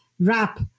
wrap